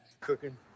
Cooking